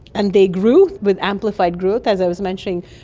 and they grew with amplified growth, as i was mentioning.